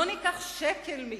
לא ניקח שקל מאיש,